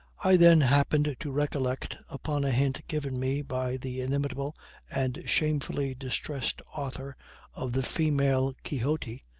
i then happened to recollect, upon a hint given me by the inimitable and shamefully-distressed author of the female quixote,